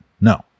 No